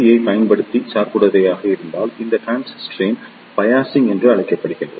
யைப் பயன்படுத்தி சார்புடையதாக இருந்தால் இது டிரான்சிஸ்டரின் பயாசிங் என்று அழைக்கப்படுகிறது